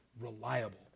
reliable